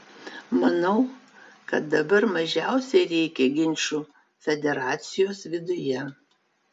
manau kad dabar mažiausiai reikia ginčų federacijos viduje